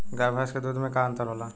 गाय भैंस के दूध में का अन्तर होला?